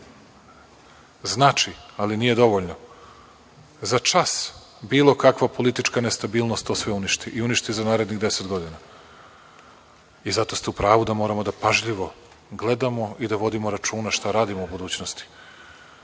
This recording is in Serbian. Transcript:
Znači, ali nije dovoljno. Za čas bilo kakva politička nestabilnost to sve uništi i uništi za narednih deset godina. Zato ste u pravu da moramo da pažljivo gledamo i da vodimo računa šta radimo u budućnosti.